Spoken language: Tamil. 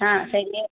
ஆ சரி